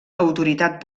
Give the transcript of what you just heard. autoritat